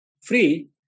free